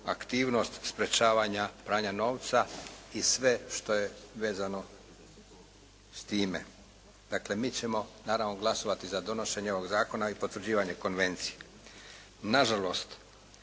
aktivnost sprječavanja pranja novca i sve što je vezano s time. Dakle, mi ćemo naravno glasovati za donošenje ovog zakona i potvrđivanje konvencije. Nažalost,